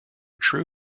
true